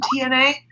TNA